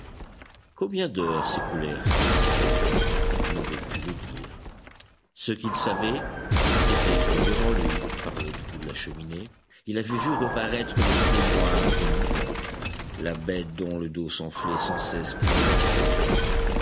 combien d'heures s'écoulèrent ainsi il n'aurait pu le dire ce qu'il savait c'était que devant lui par le trou de la cheminée il avait vu reparaître le flot noir et mouvant la bête dont le dos s'enflait sans cesse pour les atteindre